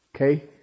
Okay